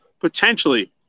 potentially